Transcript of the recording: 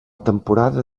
temporada